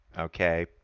okay